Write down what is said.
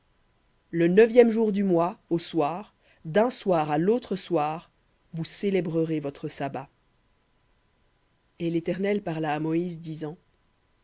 le neuvième du mois au soir d'un soir à l'autre soir vous célébrerez votre sabbat v et l'éternel parla à moïse disant